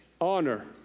honor